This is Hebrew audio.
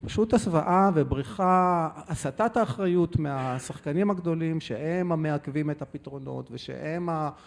פשוט הסוואה ובריחה, הסטת האחריות מהשחקנים הגדולים שהם המעכבים את הפתרונות ושהם ה...